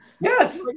Yes